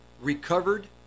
recovered